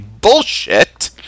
Bullshit